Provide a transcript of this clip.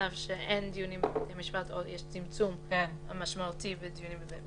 המצב שאין דיונים בבתי משפט או שיש צמצום משמעותי בדיונים בבית משפט.